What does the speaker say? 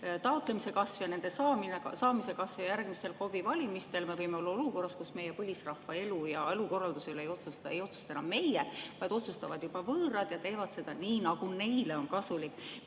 ja [elamislubade väljastamine]. Järgmistel KOV‑i valimistel me võime olla olukorras, kus meie põlisrahva elu ja elukorralduse üle ei otsusta enam meie, vaid otsustavad juba võõrad ja teevad seda nii, nagu neile on kasulik,